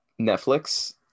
Netflix